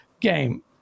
game